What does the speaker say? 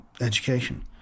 education